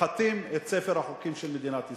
סוחטים את ספר החוקים של מדינת ישראל.